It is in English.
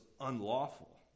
unlawful